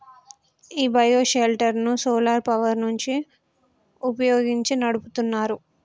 ఈ bio shelter ను solar power ని వుపయోగించి నడుపుతున్నారు